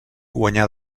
guanyà